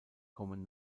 kommen